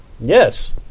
Yes